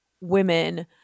women